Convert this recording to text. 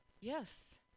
Yes